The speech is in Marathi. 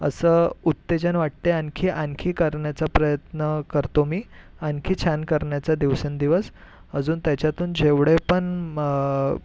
असं उत्तेजन वाटते आणखी आणखी करण्याचा प्रयत्न करतो मी आणखी छान करण्याचा दिवसेंदिवस अजून त्याच्यातून जेवढे पण